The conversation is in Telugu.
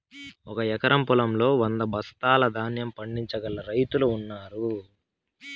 ఒక ఎకరం పొలంలో వంద బస్తాల ధాన్యం పండించగల రైతులు ఉన్నారు